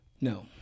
No